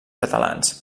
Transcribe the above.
catalans